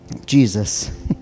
Jesus